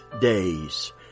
day's